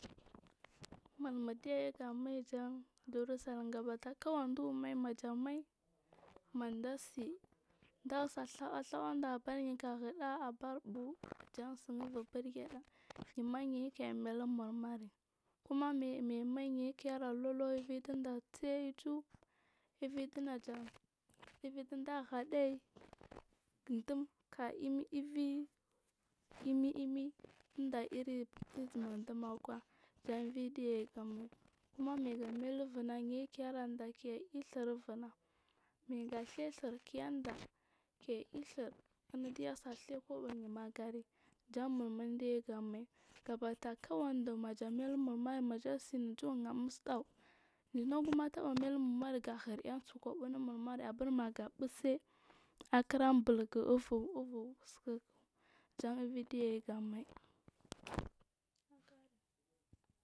Mulmuɗe ga mai jan jurisakam gabata kuu ani duuh uburmai maja mai manɗa see datse dase ɗhawaɗhawaɗa abaryi kaghaɗa abar bua jansu uvurbir geɗa nimaniyi kelalor mali kuman myayamai kelator lor evi dinɗa le tsai isufu ivin dinaja ivindija hadey dom ka ini evi imi ini in da irri baɗtiz ima ɗum akwa jan evi ɗiyayi ga nuul kuma ma yima lu vuna nayi kelann ɗa ke irri r ifuna mayega ɗhaiy ɗhur ked aa ke iay ɗhur inigiya ke ɗhe kubo yima gari jan mulmu diyayug mai gabata kuwani ɗuuh maja mai himulmuri da tor ɗubur har musuɗa gu jinagu taba mailu mulmuri gahir ai usukobu inumulmuri aburma ga fese arkira bulgu evu evu sik ja ividiyayiga mai.